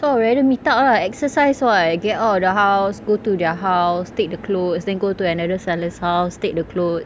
so I'll rather meet up lah exercise [what] get out of the house go to their house take the clothes then go to another seller's house take the clothes